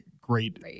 great